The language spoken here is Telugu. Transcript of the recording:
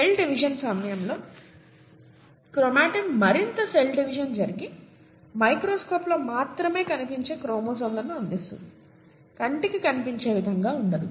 సెల్ డివిజన్ సమయంలో క్రోమాటిన్ మరింత సెల్ డివిజన్ జరిగి మైక్రోస్కోప్ లో మాత్రమే కనిపించే క్రోమోజోమ్లను అందిస్తుంది కంటికి కనిపించే విధంగా ఉండదు